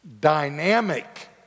dynamic